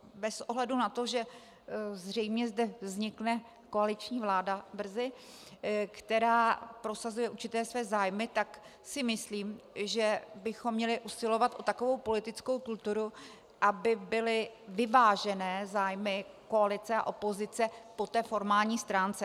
Bez ohledu na to, že zde zřejmě brzy vznikne koaliční vláda, která prosazuje určité své zájmy, tak si myslím, že bychom měli usilovat o takovou politickou kulturu, aby byly vyvážené zájmy koalice a opozice po formální stránce.